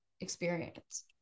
experience